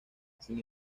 sin